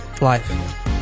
life